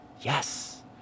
Yes